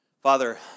Father